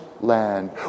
land